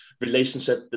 relationship